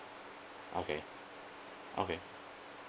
okay okay